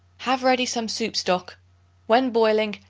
have ready some soup stock when boiling,